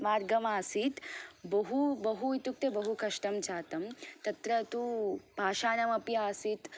मार्गं आसीत् बहु बहु इत्युक्ते बहुकष्टं जातम् तत्र तु पाषाणमपि आसीत्